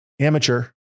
Amateur